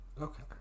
okay